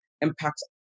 impacts